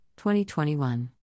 2021